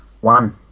One